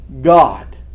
God